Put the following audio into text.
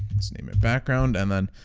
let's name it background and then,